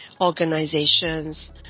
organizations